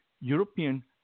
European